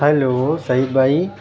hello Saeed بھائی